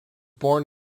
born